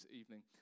evening